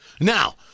Now